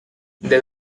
they